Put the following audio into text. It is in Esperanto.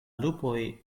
lupoj